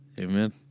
Amen